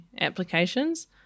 applications